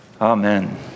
Amen